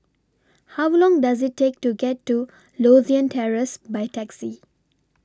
How Long Does IT Take to get to Lothian Terrace By Taxi